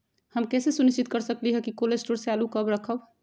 हम कैसे सुनिश्चित कर सकली ह कि कोल शटोर से आलू कब रखब?